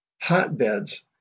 hotbeds